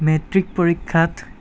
matric পৰীক্ষাত